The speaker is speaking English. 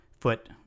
foot